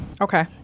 okay